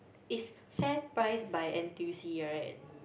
is FairPrice by N_T_U_C right